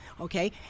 okay